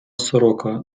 сорока